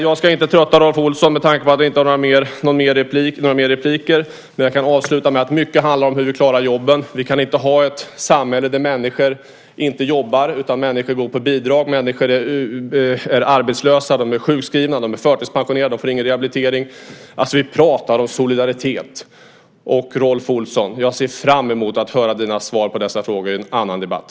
Jag ska inte trötta Rolf Olsson med tanke på att han inte har rätt till fler repliker, men jag kan avsluta med att säga att mycket handlar om hur vi klarar jobben. Vi kan inte ha ett samhälle där människor inte jobbar utan går på bidrag, är arbetslösa och sjukskrivna, förtidspensionerade och inte får någon rehabilitering. Vi pratar om solidaritet. Jag ser fram emot, Rolf Olsson, att höra dina besked på dessa frågor i en annan debatt.